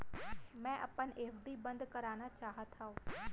मै अपन एफ.डी बंद करना चाहात हव